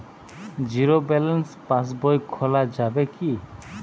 Zero balance পাশ বই খোলা যাবে কি?